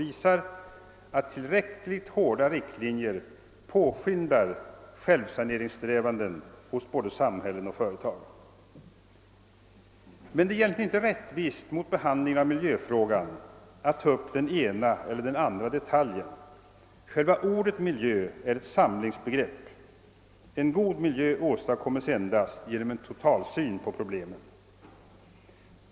visar att tillräckligt hårda riktlinjer påskyndar själva saneringssträvandet hos både samhälle och företag. Men det är egentligen inte rättvist mot behandlingen av miljöfrågan att ta upp den ena eller den andra detaljen. Själva ordet miljö är ett samlingsbegrepp. En god miljö åstadkommes endast genom en totalsyn på problemet.